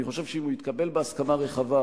אני חושב שאם הוא יתקבל בהסכמה רחבה,